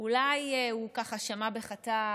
שאולי הוא שמע בחטף,